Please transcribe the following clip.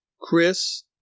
Chris